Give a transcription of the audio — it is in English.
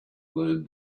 learned